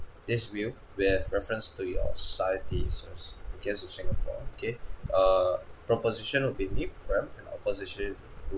this view we have reference to your society interests guess from singapore okay err proposition will be me prem and opposition will